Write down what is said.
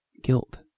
guilt